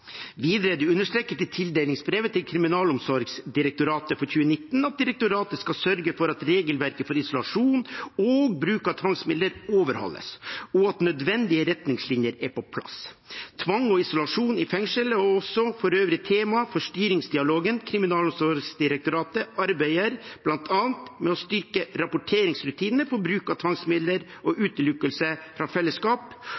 Videre er det understreket i tildelingsbrevet til Kriminalomsorgsdirektoratet for 2019 at direktoratet skal sørge for at regelverket for isolasjon og bruk av tvangsmidler overholdes, og at nødvendige retningslinjer er på plass. Tvang og isolasjon i fengsler er for øvrig også tema for styringsdialogen. Kriminalomsorgsdirektoratet arbeider bl.a. med å styrke rapporteringsrutinene for bruk av tvangsmidler og